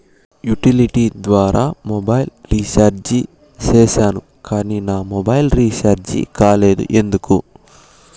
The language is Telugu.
యుటిలిటీ ద్వారా మొబైల్ రీచార్జి సేసాను కానీ నా మొబైల్ రీచార్జి కాలేదు ఎందుకు?